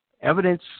evidence